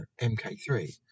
MK3